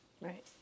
Right